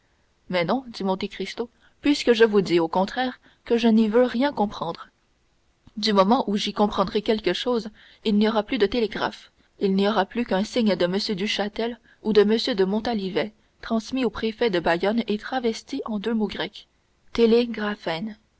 mais non dit monte cristo puisque je vous dis au contraire que je n'y veux rien comprendre du moment où j'y comprendrai quelque chose il n'y aura plus de télégraphe il n'y aura plus qu'un signe de m duchâtel ou de m de montalivet transmis au préfet de bayonne et travesti en deux mots grecs